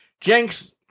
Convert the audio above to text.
Jenks